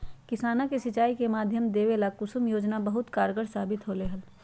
किसानों के सिंचाई के माध्यम देवे ला कुसुम योजना बहुत कारगार साबित होले है